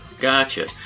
Gotcha